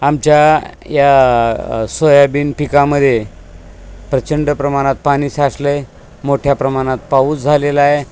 आमच्या या सोयाबीन पिकामध्ये प्रचंड प्रमाणात पाणी साचलं आहे मोठ्या प्रमाणात पाऊस झालेला आहे